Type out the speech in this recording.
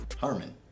Harmon